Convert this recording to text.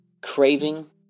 craving